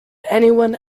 anyone